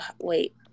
Wait